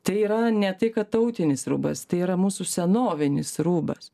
tai yra ne tai kad tautinis rūbas tai yra mūsų senovinis rūbas